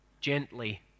gently